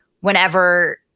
whenever